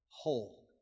whole